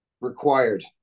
Required